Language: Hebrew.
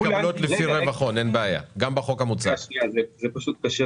מגיעה הצעת חוק בחוק ההסדרים שעושה הפוך - היא מייצרת עוד ועוד קושי